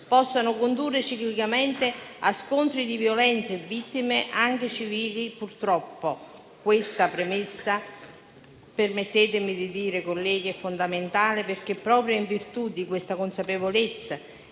possano condurre ciclicamente a scontri e violenze, con vittime anche civili. Purtroppo questa premessa - permettetemi di dirlo, colleghi - è fondamentale perché, proprio in virtù di questa consapevolezza